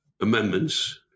amendments